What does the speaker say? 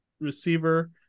receiver